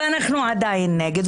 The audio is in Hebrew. ואנחנו עדיין נגד.